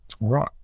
right